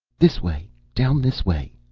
this way. down this way.